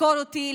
לחקור אותי,